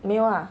没有 ah